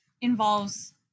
involves